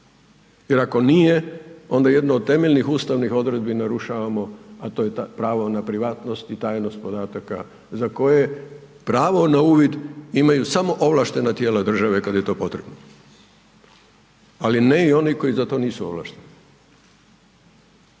jer ako nije, onda jedna od temeljnih ustavnih uredbi narušavamo a to je ta pravo na privatnost i tajnost podataka uza koje pravo na uvid imaju samo ovlaštena tijela države kad je to potrebno. Ali ne i oni koji za to nisu ovlašteni.